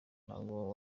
ntabwo